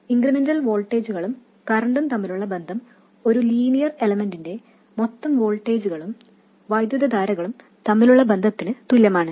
incremental വോൾട്ടേജുകളും കറൻറും തമ്മിലുള്ള ബന്ധം ഒരു ലീനിയർ എലമെൻറിന്റെ മൊത്തം വോൾട്ടേജുകളും കറൻറും തമ്മിലുള്ള ബന്ധത്തിന് തുല്യമാണ്